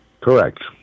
Correct